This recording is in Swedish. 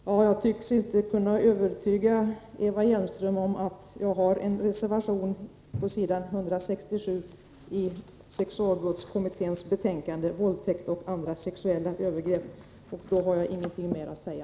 Herr talman! Jag tycks inte kunna övertyga Eva Hjelmström om att jag har en reservation på s. 167 i sexualbrottskommitténs betänkande Våldtäkt och andra sexuella övergrepp. Då har jag ingenting mer att säga.